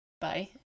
Bye